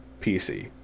PC